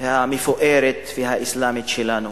המפוארת והאסלאמית שלנו,